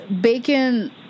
Bacon